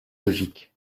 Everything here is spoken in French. logique